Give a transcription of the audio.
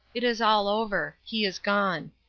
it is all over. he has gone.